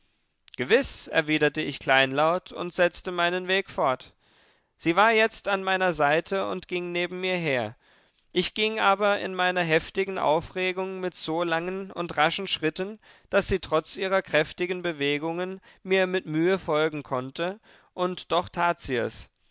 gewiß erwiderte ich kleinlaut und setzte meinen weg fort sie war jetzt an meiner seite und ging neben mir her ich ging aber in meiner heftigen aufregung mit so langen und raschen schritten daß sie trotz ihrer kräftigen bewegungen mir mit mühe folgen konnte und doch tat sie es